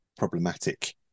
Problematic